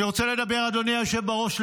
אדוני היושב בראש,